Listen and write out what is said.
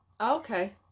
Okay